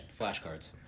Flashcards